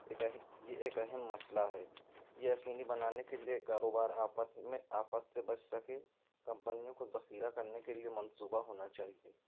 ایک اہ یہ ایک اہم مسئلہ ہے یہ یقینی بنانے کے لیے کاروبار آفت میں آفت سے بچ سکے کمپنیوں کو ذخیرہ کرنے کے لیے منصوبہ ہونا چاہیے